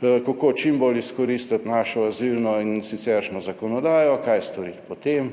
kako čim bolj izkoristiti našo azilno in siceršnjo zakonodajo, kaj storiti potem.